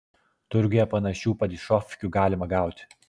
turguje panašių padišofkių galima gauti